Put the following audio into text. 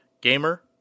gamer